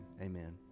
amen